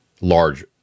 large